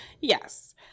Yes